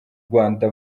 rwanda